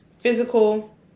physical